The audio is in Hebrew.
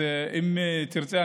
אז אם תרצה,